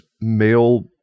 male